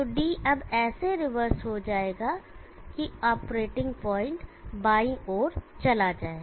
तो d अब ऐसे रिवर्स हो जाएगा कि ऑपरेटिंग पॉइंट बाईं ओर चला जाए